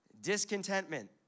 discontentment